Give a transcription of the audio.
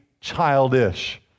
childish